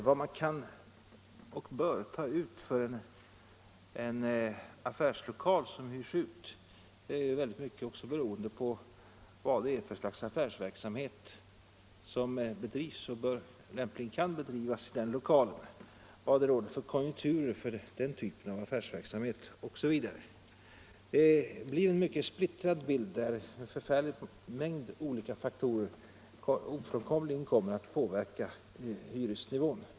Vad man kan och bör ta ut för en affärslokal som hyrs ut är mycket beroende av vad för slags affärsverksamhet som bedrivs och lämpligen kan bedrivas i den lokalen, vad det råder för konjunktur för den typen av affärsverksamhet osv. Det blir en mycket splittrad bild, där en förfärlig mängd olika faktorer ofrånkomligen kommer att påverka hyresnivån.